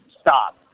stop